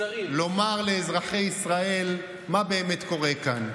לומר לאזרחי ישראל מה באמת קורה כאן.